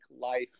life